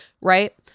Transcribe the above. right